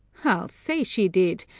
i'll say she did,